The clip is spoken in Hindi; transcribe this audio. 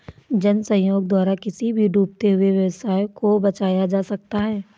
जन सहयोग द्वारा किसी भी डूबते हुए व्यवसाय को बचाया जा सकता है